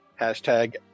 hashtag